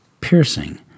piercing